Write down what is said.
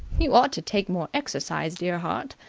you ought to take more exercise, dear heart.